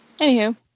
Anywho